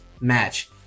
match